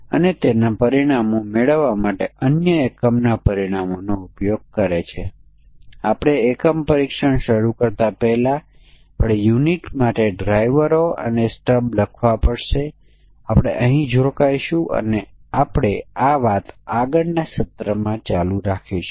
આપણે અહીં રોકાઈશું અને આપણે કમ્બિનેટરિયલ પરીક્ષણ ચાલુ કરીશું